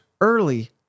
early